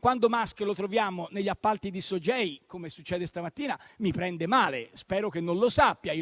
Quando Musk lo troviamo negli appalti di SOGEI, come succede stamattina, mi prende male. E spero che Elon Musk non lo sappia.